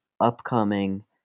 upcoming